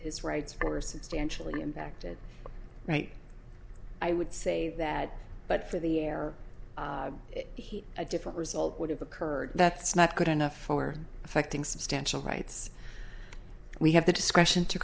his rights or substantially impacted right i would say that but for the air heat a different result would have occurred that's not good enough for affecting substantial rights we have the discretion to